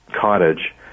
cottage